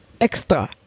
extra